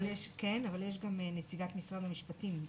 אבל יש גם את נציגת משרד המשפטים,